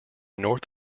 north